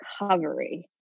recovery